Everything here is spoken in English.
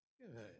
Good